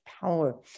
power